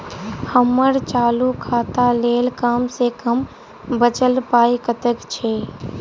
हम्मर चालू खाता लेल कम सँ कम बचल पाइ कतेक छै?